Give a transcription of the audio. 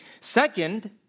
Second